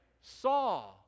saw